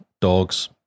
dogs